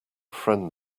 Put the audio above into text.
friend